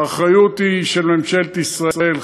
האחריות היא של ממשלת ישראל,